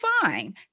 fine